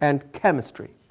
and chemistry.